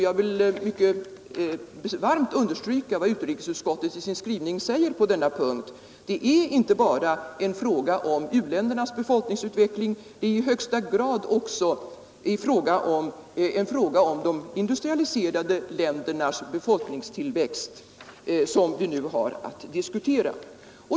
Jag vill varmt understryka vad utrikesutskottet i sin skrivning säger på denna punkt: Det är inte bara frågan om u-ländernas befolkningsutveckling, utan det är i högsta grad också frågan om de industrialiserade ländernas befolkningstillväxt som vi nu har att diskutera.